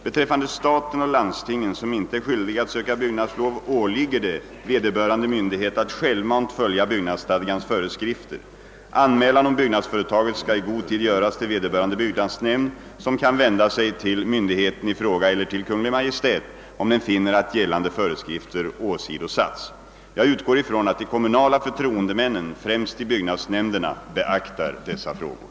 Beträffande staten och landstingen, som icke är skyldiga att söka byggnadslov, åligger det vederbörande myndigheter att självmant följa byggnadsstadgans föreskrifter. Anmälan om byggnadsföretaget skall i god tid göras till vederbörande byggnadsnämnd som kan vända sig till myndigheten i fråga eller till Kungl. Maj:t om den finner att gällande föreskrifter åsidosatts . Jag utgår ifrån att de kommunala förtroendemännen främst i byggnadsnämnderna beaktar dessa frågor.